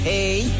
Hey